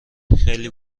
خیلی